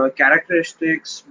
characteristics